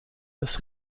des